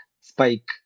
spike